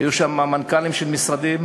היו שם מנכ"לים של משרדים,